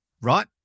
right